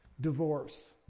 divorce